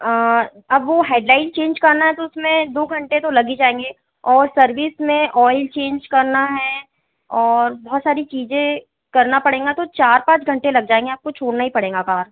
अब वो head line change करना है तो उसमें दो घंटे तो लग ही जाएँगे और सर्विस में ऑइल चेंज करना है और बहुत सारी चीजें करना पड़ेंगा तो चार पाँच घंटे लग जाएँगे आपको छोड़ना ही पड़ेंगा कार